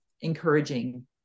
encouraging